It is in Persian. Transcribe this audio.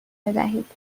بدهید